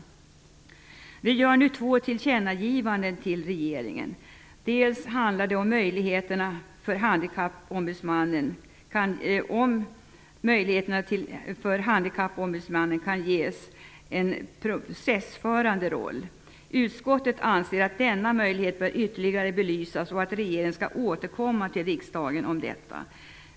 Utskottet gör nu två tillkännagivanden till regeringen. Det ena gäller om Handikappombudsmannen kan ges en processförande roll. Utskottet anser att denna möjlighet bör belysas ytterligare och att regeringen skall återkomma till riksdagen i ärendet.